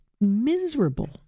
miserable